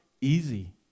easy